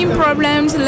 problems